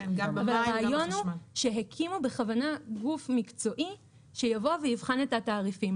אבל הרעיון הוא שהקימו בכוונה גוף מקצועי שיבוא ויבחן את התעריפים.